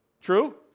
True